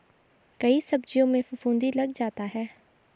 कई सब्जियों में फफूंदी लग जाता है